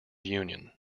union